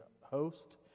host